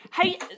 Hey